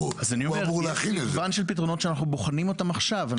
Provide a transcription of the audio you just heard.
מגוון של פתרונות שאנחנו בוחנים אותם עכשיו.